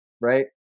right